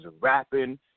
rapping